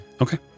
Okay